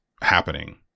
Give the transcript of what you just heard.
happening